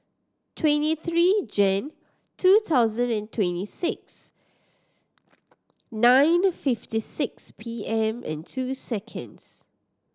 twenty three Jan two thousand and twenty six nine fifty six P M and two seconds